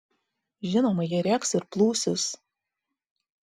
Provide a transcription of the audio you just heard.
žinoma jie rėks ir plūsis